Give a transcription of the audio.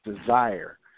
desire